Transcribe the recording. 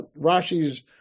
Rashi's